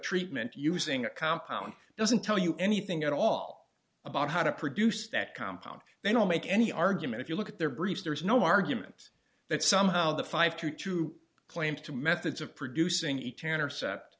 treatment using a compound doesn't tell you anything at all about how to produce that compound they don't make any argument if you look at their briefs there is no argument that somehow the five to two claims to methods of producing